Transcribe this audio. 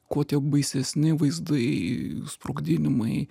kuo tie baisesni vaizdai sprogdinimai